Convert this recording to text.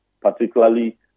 particularly